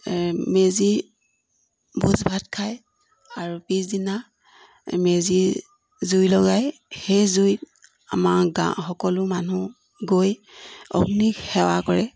মেজি ভোজ ভাত খায় আৰু পিছদিনা মেজি জুই লগায় সেই জুই আমাৰ গাঁও সকলো মানুহ গৈ অগ্নিক সেৱা কৰে